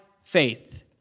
faith